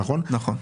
נכון.